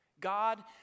God